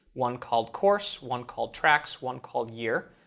one called course, one called tracks, one called year,